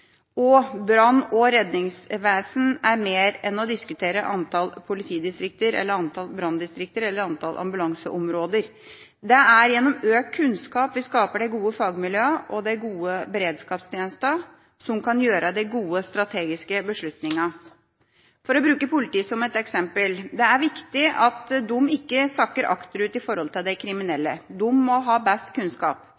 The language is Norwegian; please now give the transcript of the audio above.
brann- og redningsvesen er mer enn å diskutere antall politidistrikt, antall branndistrikt eller antall ambulanseområder. Det er gjennom økt kunnskap vi skaper de gode fagmiljøene og de gode beredskapstjenestene som kan gjøre de gode strategiske beslutningene. For å bruke politiet som et eksempel: Det er viktig at de ikke sakker akterut i forhold til de